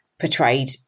portrayed